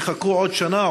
יחכו עוד שנה?